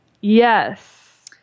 Yes